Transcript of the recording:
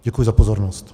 Děkuji za pozornost.